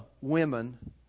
women